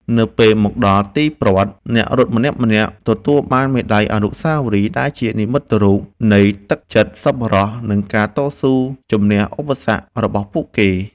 នៅពេលមកដល់ទីព្រ័ត្រ អ្នករត់ម្នាក់ៗទទួលបានមេដាយអនុស្សាវរីយ៍ ដែលជានិមិត្តរូបនៃទឹកចិត្តសប្បុរស និងការតស៊ូជម្នះឧបសគ្គរបស់ពួកគេ។